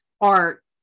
art